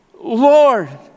Lord